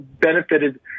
benefited